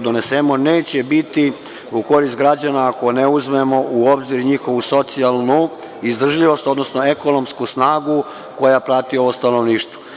donesemo neće biti u korist građana ako ne uzmemo u obzir njihovu socijalnu izdržljivost, odnosno ekonomsku snagu koja prati ovo stanovništvo.